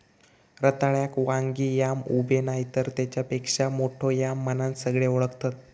रताळ्याक वांगी याम, उबे नायतर तेच्यापेक्षा मोठो याम म्हणान सगळे ओळखतत